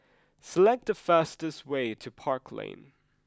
select the fastest way to Park Lane